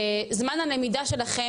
וזמן הלמידה שלכם,